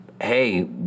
hey